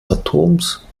atoms